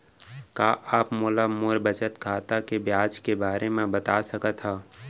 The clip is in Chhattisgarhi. का आप मोला मोर बचत खाता के ब्याज के बारे म बता सकता हव?